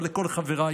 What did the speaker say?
אבל לכל חבריי